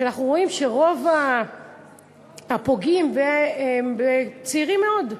שאנחנו רואים שרוב הפוגעים הם צעירים מאוד,